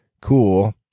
Cool